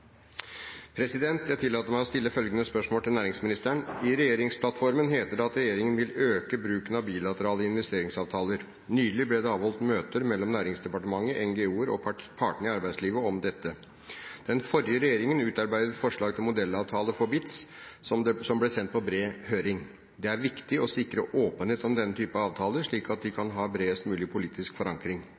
næringsministeren: «I regjeringsplattformen heter det at regjeringen vil øke bruken av bilaterale investeringsavtaler . Nylig ble det avholdt møter mellom Nærings- og fiskeridepartementet, NGO-er og partene i arbeidslivet om dette. Den forrige regjeringen utarbeidet forslag til modellavtale for BITs, som ble sendt på bred høring. Det er viktig å sikre åpenhet om denne type avtaler, slik at de kan ha bredest mulig politisk forankring.